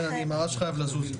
כן, אני ממש חייב לזוז.